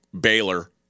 Baylor